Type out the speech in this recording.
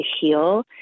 heal